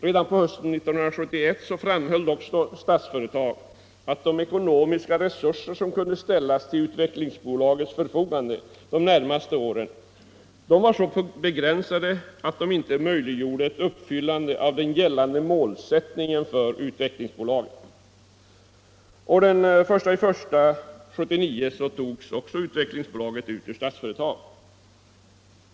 Redan på hösten 1971 framhöll dock Statsföretag att de ekonomiska resurser som kunde ställas till Utvecklingsbolagets förfogande de närmaste åren var så begränsade att de ej möjliggjorde uppfyllandet av den för bolaget gällande målsättningen. Den 1 januari 1972 togs också Utvecklingsbolaget ut ur Statsföretag.